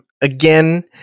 again